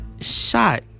shot